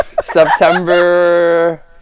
september